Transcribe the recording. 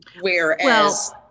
whereas